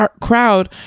crowd